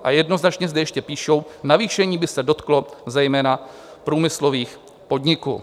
A jednoznačně zde ještě píšou: Navýšení by se dotklo zejména průmyslových podniků.